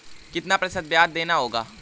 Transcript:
कितना प्रतिशत ब्याज देना होगा?